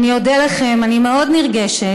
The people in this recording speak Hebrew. אני אודה לכם, אני מאוד נרגשת,